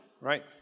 Right